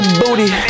booty